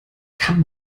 kann